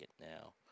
now